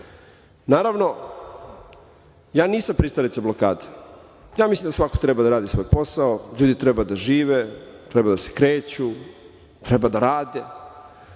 države. Naravno, ja nisam pristalica blokade i ja mislim da svako treba radi svoj posao, ljudi treba da žive, treba da se kreću, treba da rade,